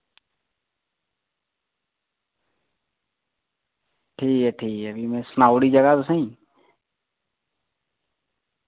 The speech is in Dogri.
ठीक ऐ ठीक ऐ फ्ही मैं सनाउड़ी जगह तुसेंई